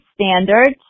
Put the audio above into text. standards